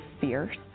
fierce